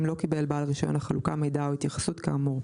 אם לא קיבל בעל רישיון החלוקה מידע או התייחסות כאמור.